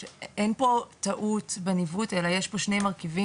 אין פה טעות בניווט אלא יש פה שני מרכיבים